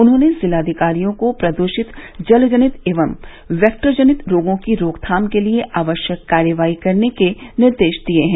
उन्होंने जिलाधिकारियों को प्रदृषित जलजनित एवं वैक्टर जनित रोगों की रोकथाम के लिये आवश्यक कार्रवाई करने के निर्देश दिये हैं